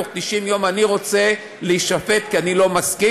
בתוך 90 יום אני רוצה להישפט כי אני לא מסכים,